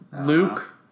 Luke